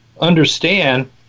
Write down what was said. understand